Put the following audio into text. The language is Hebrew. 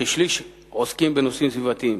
כשליש עוסקות בנושאים סביבתיים.